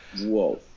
Whoa